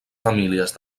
famílies